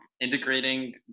integrating